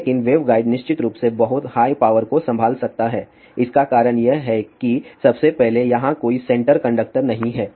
लेकिन वेवगाइड निश्चित रूप से बहुत हाई पावर को संभाल सकता है इसका कारण यह है कि सबसे पहले यहाँ कोई सेंटर कंडक्टर नहीं है